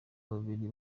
babiri